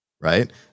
right